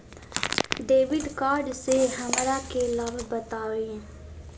Debit card से हमरा के लाभ बताइए?